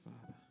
Father